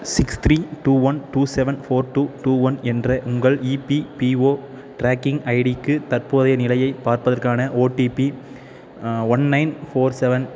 six three two one two seven four two two one என்ற உங்கள் EPFO tracking ஐடிக்கு தற்போதைய நிலையை பார்ப்பதற்கான OTP one nine four seven